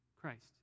Christ